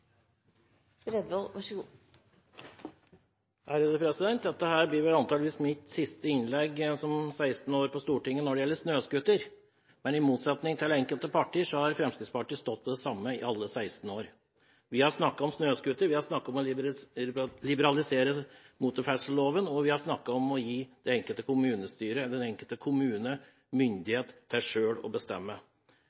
det gjelder snøscooter, etter 16 år på Stortinget. I motsetning til enkelte partier har Fremskrittspartiet stått for det samme i alle de 16 årene. Vi har snakket om snøscooter, om å liberalisere motorferdselloven og om å gi det enkelte kommunestyre eller den enkelte kommune